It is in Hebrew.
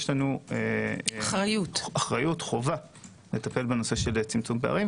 יש חובה לטפל בנושא של צמצום פערים.